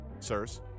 sirs